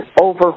over